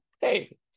hey